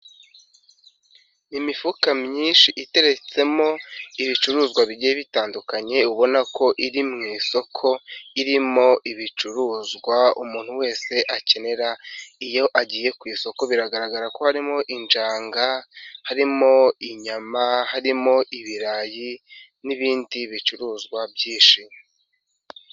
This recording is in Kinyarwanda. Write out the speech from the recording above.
Imifuka myinshi iteretsemo ibicuruzwa bigiye bitandukanye ubona ko iri mu isoko irimo ibicuruzwa umuntu wese akenera iyo agiye ku isoko biragaragara ko harimo injanga, harimo inyama, harimo ibirayi n'ibindi bicuruzwa byishi.